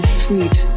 sweet